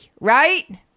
right